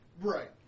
Right